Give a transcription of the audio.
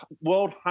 world